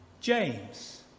James